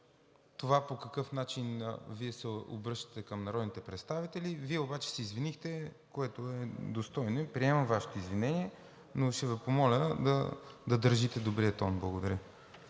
това по какъв начин Вие се обръщате към народните представители. Вие обаче се извинихте, което е достойно, и приемам Вашето извинение, но ще Ви помоля да държите добрия тон. Благодаря.